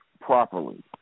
properly